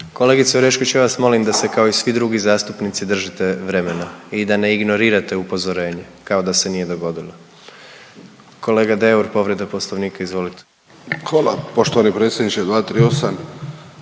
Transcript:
Kolegice Orešković ja vas molim da se kao i svi drugi zastupnici držite vremena i da ne ignorirate upozorenje kao da se nije dogodilo. Kolega Deur povreda Poslovnika, izvolite. **Deur, Ante (HDZ)** Hvala poštovani predsjedniče. 238.,